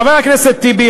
חבר הכנסת טיבי,